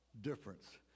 difference